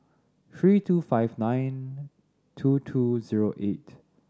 three two five nine two two zero eight